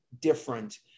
different